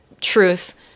truth